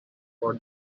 for